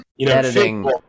Editing